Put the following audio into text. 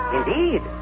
Indeed